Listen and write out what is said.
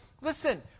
listen